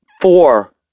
Four